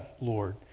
Lord